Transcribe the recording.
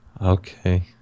Okay